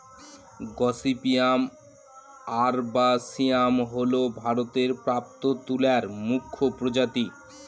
gossypium arboreum হল ভারতে প্রাপ্ত তুলার মুখ্য প্রজাতি